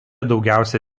daugiausia